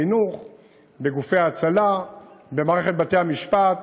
בגופי ההצלה, במערכת בתי-המשפט,